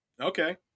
Okay